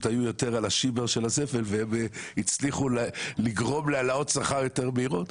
היו יותר על השיבר והצליחו לגרום להעלאות שכר יותר מהירות.